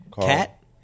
Cat